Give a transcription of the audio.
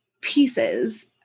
pieces